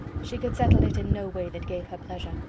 she could settle it in no way that gave her pleasure.